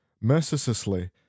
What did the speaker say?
mercilessly